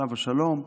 עליו השלום,